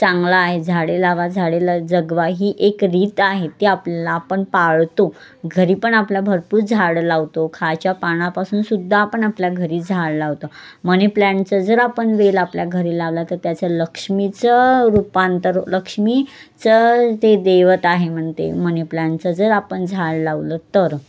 चांगला आहे झाडे लावा झाडाला जगवा ही एक रीत आहे ती आपला आपण पाळतो घरी पण आपल्या भरपूर झाडं लावतो खायच्या पानापासूनसुद्धा आपण आपल्या घरी झाड लावतो मनीप्लँटचं जर आपण वेल आपल्या घरी लावला तर त्याचं लक्ष्मीचं रूपांतर लक्ष्मी चं ते देवत आहे म्हणते मनीप्लँटचं जर आपण झाड लावलं तर